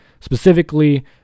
specifically